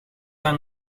aan